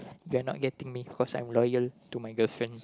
they're not getting me cause I'm loyal to my girlfriend